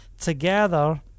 together